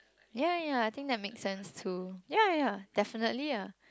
ya ya I think that makes sense too ya ya definitely ah